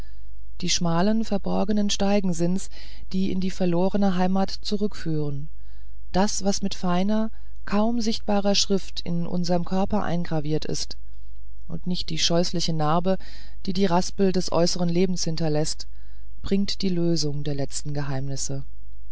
die schmalen verborgenen steige sind's die in die verlorene heimat zurückführen das was mit feiner kaum sichtbarer schrift in unserem körper eingraviert ist und nicht die scheußliche narbe die die raspel des äußeren lebens hinterläßt birgt die lösung der letzten geheimnisse